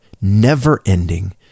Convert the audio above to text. never-ending